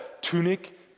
tunic